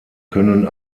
können